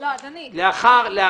מבקש שאלה יהיו 45 ימים במקום 30 ימים.